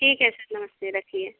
ठीक है सर नमस्ते रखिए